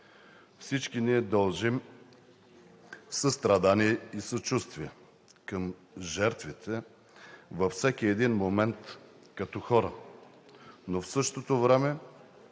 Всички ние дължим състрадание и съчувствие към жертвите във всеки един момент като хора, но в същото време